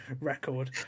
record